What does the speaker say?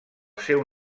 seu